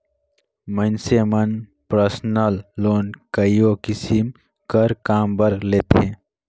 मइनसे मन personal loan कइयो किसिम कर काम बर लेथें